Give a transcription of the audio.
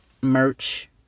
merch